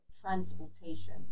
transportation